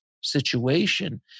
situation